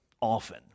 often